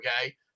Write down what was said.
Okay